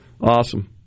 Awesome